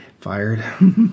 Fired